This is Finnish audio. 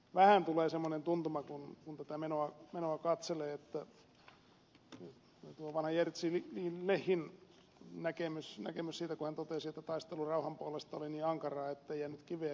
vähän tulee semmoinen tuntuma kun tätä menoa katselee kuin tuon vanhan jerzy lecin näkemyksessä kun hän totesi että taistelu rauhan puolesta oli niin ankaraa ettei jäänyt kiveä kiven päälle